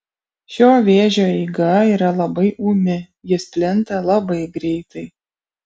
šio vėžio eiga yra labai ūmi jis plinta labai greitai